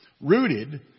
rooted